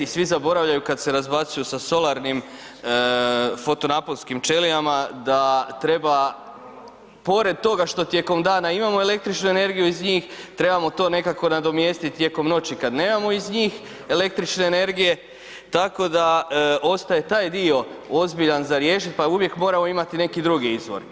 Svi zaboravljaju kad se razbacuju sa solarnim fotonaponskim ćelijama da treba pored toga što tijekom dana imamo električnu energiju iz njih, trebamo to nekako nadomjestiti tijekom noći kad nemamo iz njih električne energije tako da ostaje taj dio ozbiljan za riješiti pa uvijek moramo imati neki drugi izvor.